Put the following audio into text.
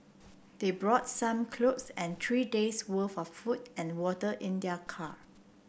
they brought some clothes and three days' worth of food and water in their car